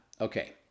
Okay